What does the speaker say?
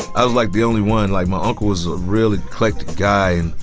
i was like the only one, like my uncle was really clicked guy.